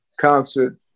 concert